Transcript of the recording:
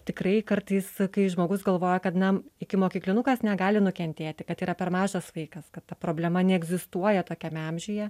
tikrai kartais kai žmogus galvoja kad na ikimokyklinukas negali nukentėti kad yra per mažas vaikas kad ta problema neegzistuoja tokiame amžiuje